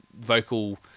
vocal